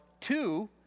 two